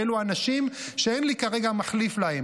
ואלו אנשים שאין לי כרגע מחליף להם.